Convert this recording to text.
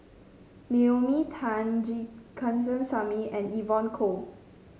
Naomi Tan G Kandasamy and Evon Kow